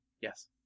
Yes